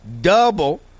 double